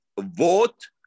vote